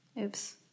Oops